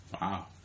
Wow